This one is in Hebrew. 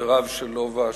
חבריו של לובה שבאולם,